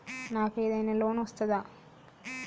నాకు ఏదైనా లోన్ వస్తదా?